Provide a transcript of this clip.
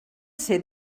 ser